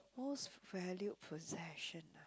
most valued possession ah